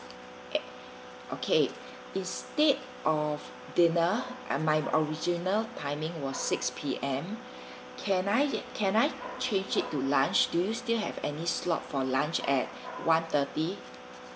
okay instead of dinner I my original timing was six P_M can I can I change it to lunch do you still have any slot for lunch at one thirty